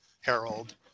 Harold